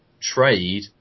trade